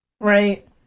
Right